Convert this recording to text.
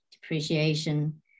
depreciation